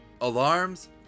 alarms